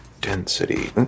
density